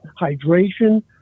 hydration